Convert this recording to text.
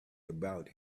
about